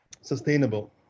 sustainable